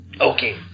Okay